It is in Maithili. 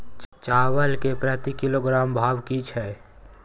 चावल के प्रति किलोग्राम भाव की छै?